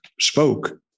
spoke